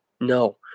No